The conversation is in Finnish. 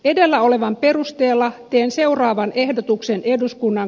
edellä olevan perusteella teen seuraavan epäluottamusehdotuksen